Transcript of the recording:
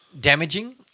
damaging